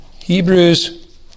Hebrews